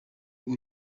kuri